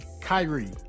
Kyrie